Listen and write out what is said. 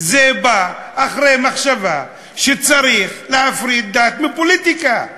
זה בא אחרי מחשבה שצריך להפריד דת מפוליטיקה.